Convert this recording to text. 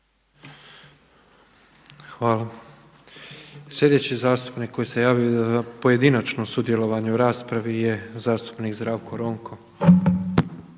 Hvala. Sljedeći zastupnik koji se javio za pojedinačno sudjelovanje u raspravi je zastupnik Zdravko Ronko.